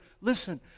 listen